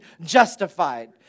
justified